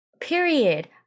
period